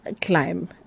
climb